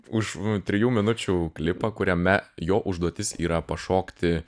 už trijų minučių klipą kuriame jo užduotis yra pašokti